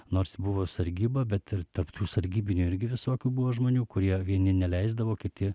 nors buvo sargyba bet ir tarp tų sargybinių irgi visokių buvo žmonių kurie vieni neleisdavo kiti